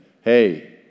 hey